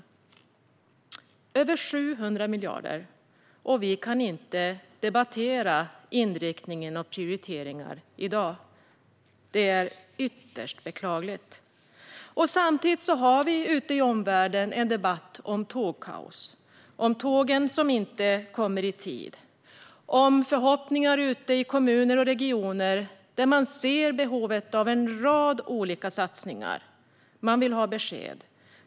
Det handlar om över 700 miljarder, och vi kan inte debattera inriktningen för prioriteringar i dag. Det är ytterst beklagligt. Samtidigt har vi ute i omvärlden en debatt om tågkaos, om tågen som inte kommer i tid och om förhoppningar ute i kommuner och regioner, där man ser behovet av en rad olika satsningar. Man vill ha besked.